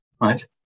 right